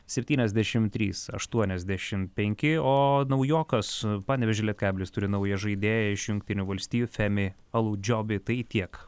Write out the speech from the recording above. septyniasdešim trys aštuoniasdešim penki o naujokas panevėžio lietkabelis turi naują žaidėją iš jungtinių valstijų femi alaudžiobi tai tiek